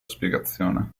spiegazione